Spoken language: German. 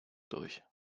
durch